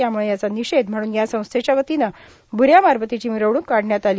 त्यामुळं याचा निषेध म्हणून या संस्थेच्या वतीनं भ्र या मारबतीची मिरवणूक काढण्यात आली